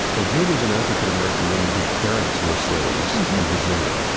well, here was an african-american woman whose parents were slaves in virginia.